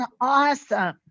awesome